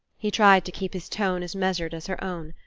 he tried to keep his tone as measured as her own.